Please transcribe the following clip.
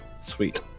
Sweet